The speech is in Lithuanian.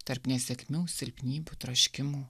tarp nesėkmių silpnybių troškimų